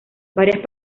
varias